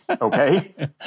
okay